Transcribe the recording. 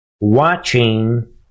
watching